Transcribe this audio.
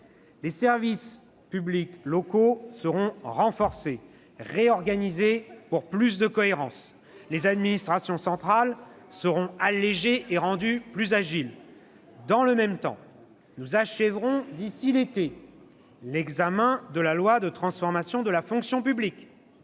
Les services locaux seront renforcés, réorganisés pour plus de cohérence, les administrations centrales allégées et rendues plus agiles. « Dans le même temps, nous achèverons d'ici l'été l'examen de la loi de transformation de la fonction publique,